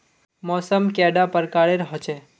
मौसम कैडा प्रकारेर होचे?